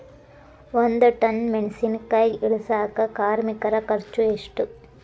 ಒಂದ್ ಟನ್ ಮೆಣಿಸಿನಕಾಯಿ ಇಳಸಾಕ್ ಕಾರ್ಮಿಕರ ಖರ್ಚು ಎಷ್ಟು?